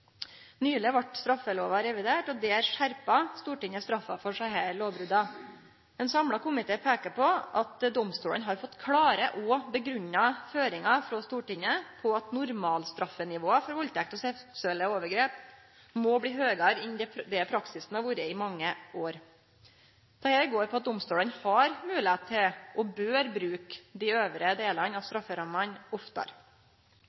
Nyleg vart straffelova revidert, og der skjerpa Stortinget straffa for desse lovbrota. Ein samla komité peikar på at domstolane har fått klare og grunngitte føringar frå Stortinget om at normalstraffenivåa for valdtekt og seksuelle overgrep må bli høgare enn det praksisen har vore i mange år. Dette går på at domstolane har moglegheit til og bør bruke dei øvre delane av